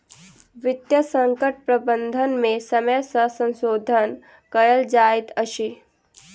वित्तीय संकट प्रबंधन में समय सॅ संशोधन कयल जाइत अछि